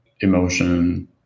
Emotion